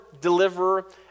deliverer